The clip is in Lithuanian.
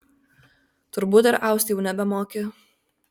turbūt ir aust jau nebemoki